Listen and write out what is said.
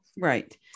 Right